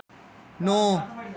नौ